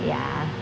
ya